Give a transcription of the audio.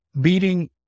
beating